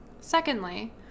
Secondly